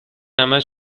همش